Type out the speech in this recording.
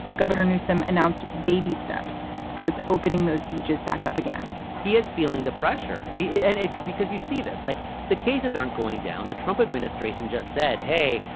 governor newsome announced baby steps towards opening those beaches back up again he is feeling the pressure. it and is because you see this like the cases aren't going down. the trump administration just said, hey,